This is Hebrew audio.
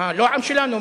לא עם שלנו?